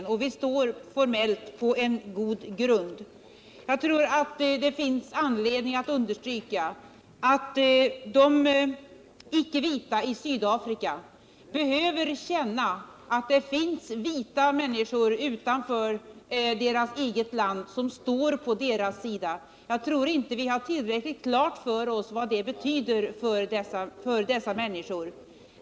Vi står också på en formellt god grund. Jag tror att det finns anledning att understryka att de icke vita i Sydafrika behöver känna att det finns vita människor utanför deras eget land som står på dera sida. Jag tror inte att vi har tillräckligt klart för oss vad det betyder för dessa människor.